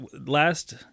last